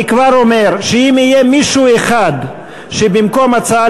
אני כבר אומר שאם יהיה אחד שבמקום הצעה